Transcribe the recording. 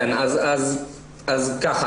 אז ככה.